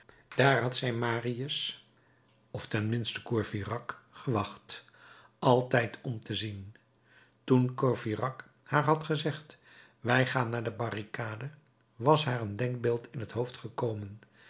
daar had zij marius of ten minste courfeyrac gewacht altijd om te zien toen courfeyrac haar had gezegd wij gaan naar de barricade was haar een denkbeeld in t hoofd gekomen